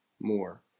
more